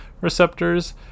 receptors